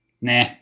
nah